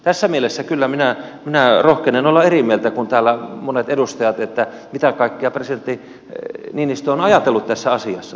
tässä mielessä kyllä minä rohkenen olla eri mieltä kuin täällä monet edustajat siitä mitä kaikkea presidentti niinistö on ajatellut tässä asiassa